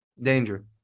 danger